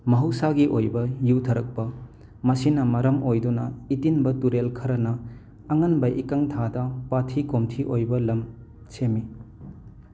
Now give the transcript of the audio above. ꯃꯍꯧꯁꯥꯒꯤ ꯑꯣꯏꯕ ꯌꯨꯊꯔꯛꯄ ꯃꯁꯤꯅ ꯃꯔꯝ ꯑꯣꯏꯗꯨꯅ ꯏꯇꯤꯟꯕ ꯇꯨꯔꯦꯜ ꯈꯔꯅ ꯑꯉꯟꯕ ꯏꯀꯪ ꯊꯥꯗ ꯄꯥꯊꯤ ꯀꯣꯝꯊꯤ ꯑꯣꯏꯕ ꯂꯝ ꯁꯦꯝꯃꯤ